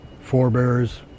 forebears